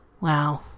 Wow